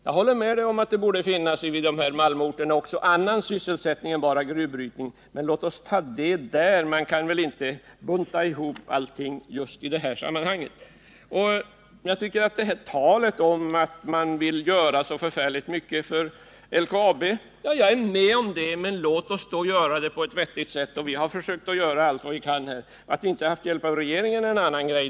Jag håller med Alf Lövenborg om att det vid dessa malmorter borde finnas även annan sysselsättning än bara gruvbrytning, men låt oss ta upp den saken en annan gång. Man kan väl inte bunta ihop allting i just detta sammanhang. Det talas om att man vill göra så förfärligt mycket för LKAB. Ja, jag är med på detta, men låt oss då göra det på ett vettigt sätt. Vi har försökt göra allt vad vikan. Att vi inte har haft hjälp av regeringen är en annan sak.